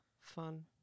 fun